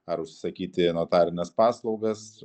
ar užsisakyti notarines paslaugas